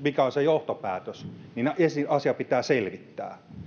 mikä on se johtopäätös niin asia pitää selvittää